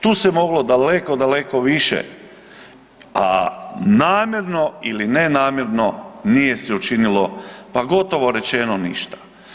Tu se moglo daleko, daleko više a namjerno ili nenamjerno nije se učinilo pa gotovo rečeno ništa.